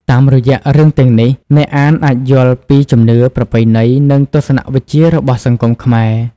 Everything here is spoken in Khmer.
តាមរយៈរឿងទាំងនេះ អ្នកអានអាចយល់ពីជំនឿ ប្រពៃណី និងទស្សនៈវិជ្ជារបស់សង្គមខ្មែរ។